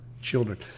children